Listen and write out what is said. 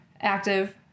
active